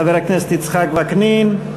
חבר הכנסת יצחק וקנין,